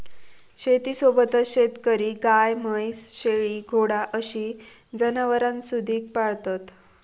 शेतीसोबतच शेतकरी गाय, म्हैस, शेळी, घोडा अशी जनावरांसुधिक पाळतत